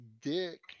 dick